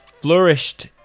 flourished